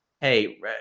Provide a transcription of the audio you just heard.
Hey